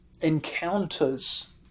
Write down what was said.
encounters